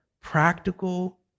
practical